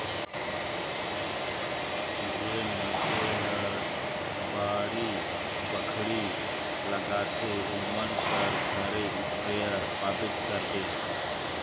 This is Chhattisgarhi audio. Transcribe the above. जेन मइनसे हर बाड़ी बखरी लगाथे ओमन कर घरे इस्पेयर पाबेच करबे